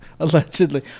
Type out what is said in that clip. Allegedly